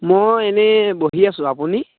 মই এনেই বহি আছোঁ আপুনি